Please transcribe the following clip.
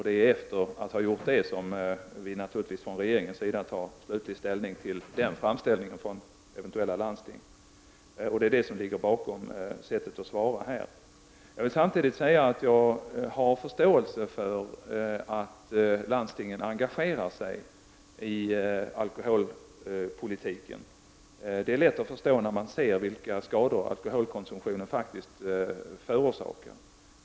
Därefter skall naturligtvis regeringen ta slutlig ställning till de eventuella framställningarna från landstingen. Det är detta som ligger bakom sättet att svara i dag. Jag har förståelse för att landstingen engagerar sig i alkoholpolitiken. Det är lätt att förstå när man ser vilka skador som alkoholkonsumtionen faktiskt förorsakar.